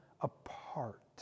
apart